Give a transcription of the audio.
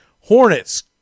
Hornets